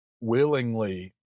willingly